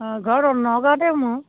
অঁ ঘৰ নগাঁওতে মোৰ